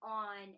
on